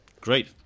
Great